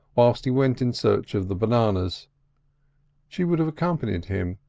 whilst he went in search of the bananas she would have accompanied him,